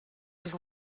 was